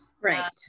Right